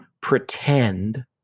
pretend